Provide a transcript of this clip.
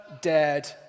dared